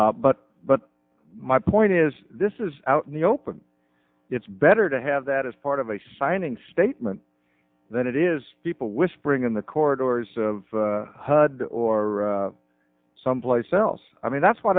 t but but my point is this is out in the open it's better to have that as part of a signing statement than it is people whispering in the corridors of hud or someplace else i mean that's wh